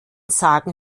sagen